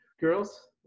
girls